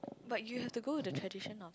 but you have to go with the tradition of